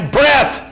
breath